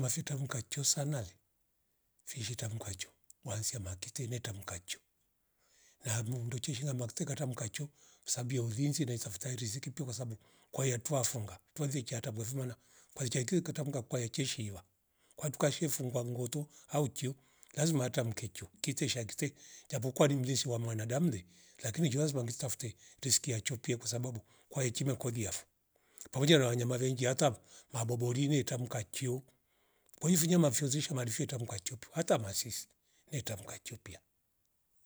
Nafitaruka cho sanare fishizi tanuka jo wan semaki kite tamka cho namuu urucheshinga makta katma kachio usambia ulinzi naitafuta riziki pwi kwasabu kwayiatwa funga tuale chatua bwe fuma na kwaichakio ngatamnga kwaiche shiva kwatu kashe funga mngoto au kio lazima hata mkecho kiti sha kite japo kuwa limrisi wa mwanadamle lakini ki lazima ngetafute rziki ya chopie kwasabu kwa ikima koliafo, pamoja na wanyama vengi hata maboborime tamka kiiyo kwaiv vinyama mafyozisha marifyo tamka chopo hata vasisi ni tamka chopia